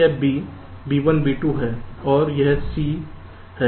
यह B B1 B2 है और यह C है और यह C1 C2 हैं